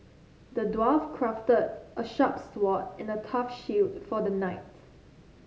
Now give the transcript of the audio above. the dwarf crafted a sharp sword and a tough shield for the knight